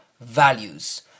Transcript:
values